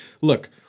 Look